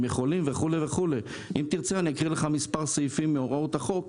אבל אם תרצה אני אקריא לך מספר סעיפים מהוראות החוק,